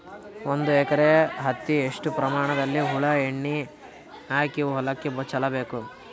ಒಂದು ಎಕರೆ ಹತ್ತಿ ಎಷ್ಟು ಪ್ರಮಾಣದಲ್ಲಿ ಹುಳ ಎಣ್ಣೆ ಹಾಕಿ ಹೊಲಕ್ಕೆ ಚಲಬೇಕು?